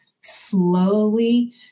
slowly